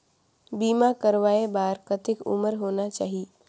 बीमा करवाय बार कतेक उम्र होना चाही?